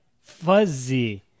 fuzzy